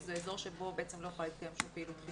אזור שבו לא יכולה להתקיים פעילות חינוכית.